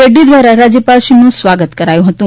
રેડ્ડી દ્વારા રાજ્યપાલશ્રીનું સ્વાગત કરાયું હતું